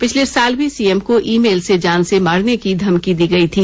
पिछले साल भी सीएम को ई मेल से जान से मारने की धमकी दी गयी थी